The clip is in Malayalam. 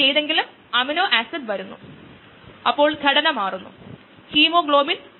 ഇത് എങ്ങനെ പരിഹരിക്കാമെന്ന് അടുത്ത പ്രഭാഷണത്തിൽ ഞാൻ നിങ്ങളോട് പറയും